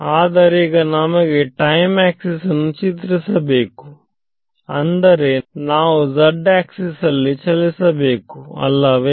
ಆದರೆ ಈಗ ನಮಗೆ ಟೈಮ್ ಆಕ್ಸಿಸನ್ನು ಚಿತ್ರಿಸಬೇಕು ಆ0ದರೆ ನಾವು Z ಅಕ್ಷೆಯಲ್ಲಿ ಚಲಿಸಬೇಕು ಅಲ್ಲವೇ